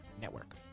Network